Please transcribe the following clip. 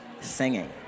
singing